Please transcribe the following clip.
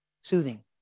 Soothing